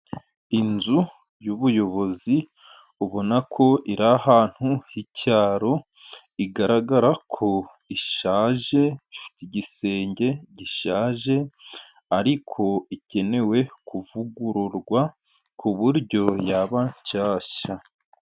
Inzu y'ubuyobozi ubona ko iri ahantu h'icyaro igaragara ko ishaje, ifite igisenge gishaje ariko ikenewe kuvugururwa kuburyo yaba nshyashya.